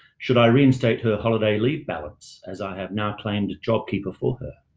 should i reinstate her holiday leave balance as i have now claimed a jobkeeper for her?